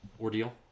ordeal